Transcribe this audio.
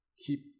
keep